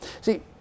See